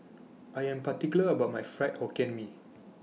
I Am particular about My Fried Hokkien Mee